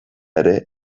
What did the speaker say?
ere